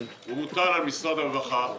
הוא מוטל על משרד הרווחה,